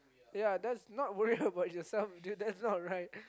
ya that's not worry about yourself that's not right